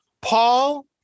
Paul